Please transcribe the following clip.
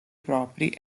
propri